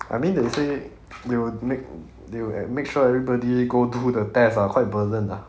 I mean they say they will make they will make sure everybody go through the test ah quite burden ah